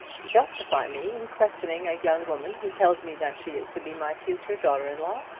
justify me in questioning a young woman who tells me that she is to be my future daughter-in-law!